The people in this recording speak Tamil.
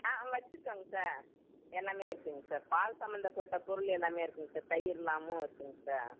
ஆ வச்சுருக்கோங்க சார் எல்லாமே இருக்குதுங்க சார் பால் சம்பந்தப்பட்ட பொருள் எல்லாமே இருக்குதுங்க சார் தயிரெலாமும் இருக்குதுங்க சார்